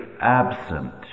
absent